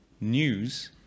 news